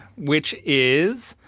which is,